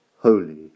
Holy